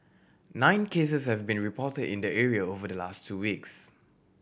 nine cases have been report in the area over the last two weeks